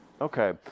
Okay